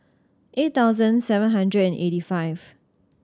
eight thousand seven hundred and eighty five